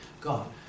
God